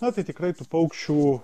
na tai tikrai tų paukščių